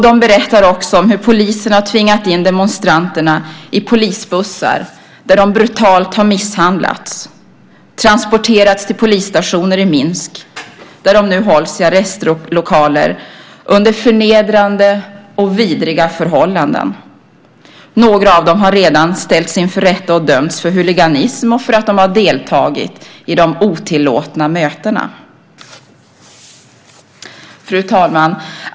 De berättar också om hur polisen har tvingat in demonstranterna i polisbussar där de brutalt har misshandlats och transporterats till polisstationer i Minsk där de nu hålls i arrestlokaler under förnedrande och vidriga förhållanden. Några av dem har redan ställts inför rätta och dömts för huliganism och för att de har deltagit i de otillåtna mötena. Fru talman!